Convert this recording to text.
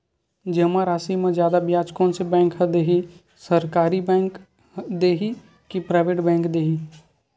जमा राशि म जादा ब्याज कोन से बैंक ह दे ही, सरकारी बैंक दे हि कि प्राइवेट बैंक देहि?